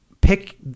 Pick